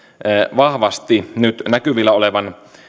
vahvasti nyt näkyvillä olevan